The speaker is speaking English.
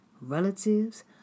relatives